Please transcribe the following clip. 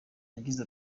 yagize